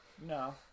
No